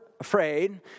Afraid